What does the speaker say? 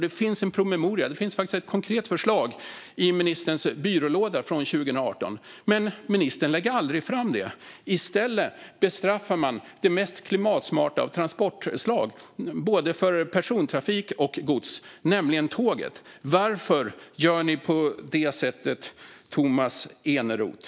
Det finns också en promemoria och ett konkret förslag i ministerns byrålåda från 2018. Men ministern lägger inte fram det. I stället bestraffar man det mest klimatsmarta transportslaget, både för persontrafik och för gods, nämligen tåget. Varför gör ni på det sättet, Tomas Eneroth?